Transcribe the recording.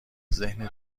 ذهن